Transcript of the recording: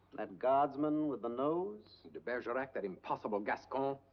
that guardsman with the nose? de bergerac, that impossible gascon!